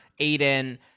Aiden